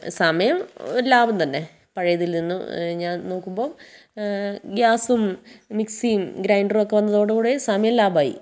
സമയം ഒരു ലാഭം തന്നെ പഴയതിൽ നിന്നും ഞാൻ നോക്കുമ്പം ഗ്യാസും മിക്സിയും ഗ്രൈൻഡറും ഒക്കെ വന്നതോടു കൂടി സമയം ലാഭമായി